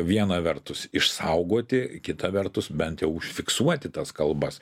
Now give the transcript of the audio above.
viena vertus išsaugoti kita vertus bent jau užfiksuoti tas kalbas